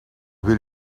wil